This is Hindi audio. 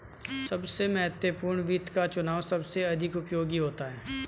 सबसे महत्वपूर्ण वित्त का चुनाव सबसे अधिक उपयोगी होता है